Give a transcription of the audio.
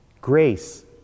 Grace